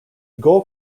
goal